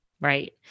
Right